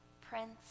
Prince